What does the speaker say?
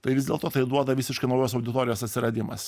tai vis dėlto tai duoda visiškai naujos auditorijos atsiradimas